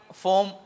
form